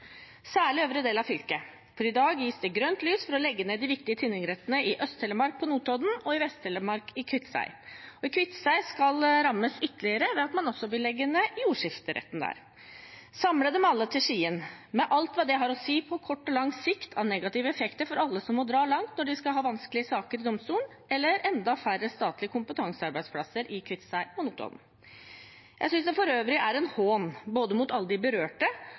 Særlig gjelder det øvre del av fylket, for i dag gis det grønt lys for å legge ned de viktige tingrettene i Øst-Telemark på Notodden og i Vest-Telemark i Kviteseid. Og Kviteseid skal rammes ytterligere ved at man også vil legge ned jordskifteretten der. Alt samles i Skien, med alt det har å si på kort og lang sikt av negative effekter for alle som må dra langt når de skal ha vanskelige saker for domstolen, og det betyr enda færre statlige kompetansearbeidsplasser i Kviteseid og Notodden. Jeg synes det for øvrig er en hån mot både alle de berørte